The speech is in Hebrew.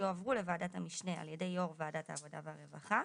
שיועברו לוועדת המשנה על ידי יו"ר ועדת העבודה והרווחה,